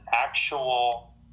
actual